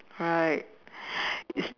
right it's